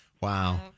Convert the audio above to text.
Wow